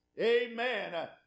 Amen